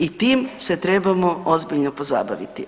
I tim se trebamo ozbiljno pozabaviti.